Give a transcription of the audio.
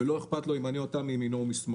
ולא אכפת לו אם אני או אתה מימינו או משמאלו.